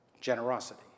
generosity